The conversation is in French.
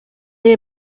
est